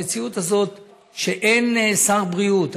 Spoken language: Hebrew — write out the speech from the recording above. המציאות הזאת שאין שר בריאות,